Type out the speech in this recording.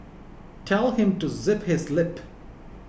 tell him to zip his lip